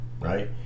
right